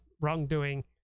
wrongdoing